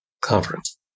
Conference